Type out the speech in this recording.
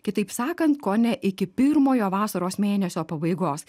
kitaip sakant kone iki pirmojo vasaros mėnesio pabaigos